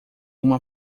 uma